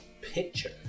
picture